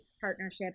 partnership